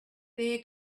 there